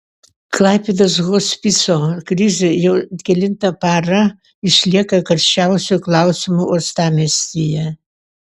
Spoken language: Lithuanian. klaipėdos hospiso krizė jau kelintą parą išlieka karščiausiu klausimu uostamiestyje